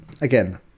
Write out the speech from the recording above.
again